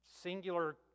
Singular